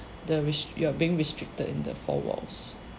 the res~ you are being restricted in the four walls